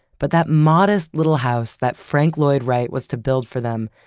but that modest little house that frank lloyd wright was to build for them,